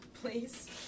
Please